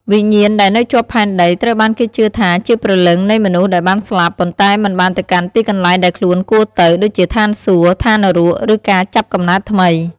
វិញ្ញាណដែលនៅជាប់ផែនដី ត្រូវបានគេជឿថាជាព្រលឹងនៃមនុស្សដែលបានស្លាប់ ប៉ុន្តែមិនបានទៅកាន់ទីកន្លែងដែលខ្លួនគួរទៅ ដូចជាឋានសួគ៌ ឋាននរក ឬការចាប់កំណើតថ្មី។